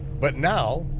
but now,